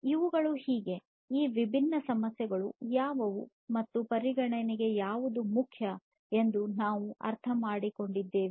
ಇವುಗಳು ಹೇಗೆ ಈ ವಿಭಿನ್ನ ಸಮಸ್ಯೆಗಳು ಯಾವುವು ಮತ್ತು ಪರಿಗಣನೆಗೆ ಯಾವುದು ಮುಖ್ಯ ಎಂದು ನಾವು ಅರ್ಥಮಾಡಿಕೊಂಡಿದ್ದೇವೆ